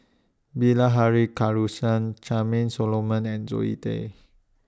Bilahari Charmaine Solomon and Zoe Tay